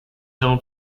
known